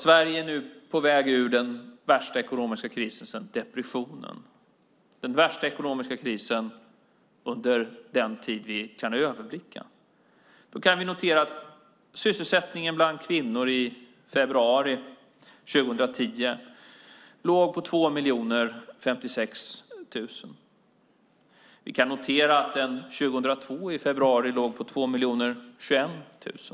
Sverige är nu på väg ur den värsta ekonomiska krisen sedan depressionen och under den tid vi kan överblicka. Vi kan notera att sysselsättningen bland kvinnor i januari 2010 låg på 2 056 000. Vi kan notera att den i februari 2002 låg på 2 021 000.